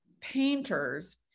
painters